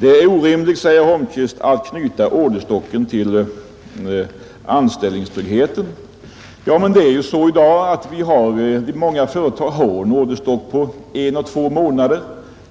Det är orimligt, sade herr Holmqvist, att knyta anställningstryggheten till orderstocken. Ja, men det är ju så i dag att många företag har en orderstock som räcker en å två månader.